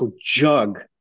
jug